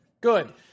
good